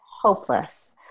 hopeless